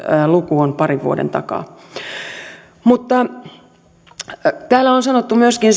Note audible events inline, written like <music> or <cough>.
luku on parin vuoden takaa täällä on sanottu myöskin <unintelligible>